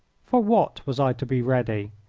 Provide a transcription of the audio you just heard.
for what was i to be ready?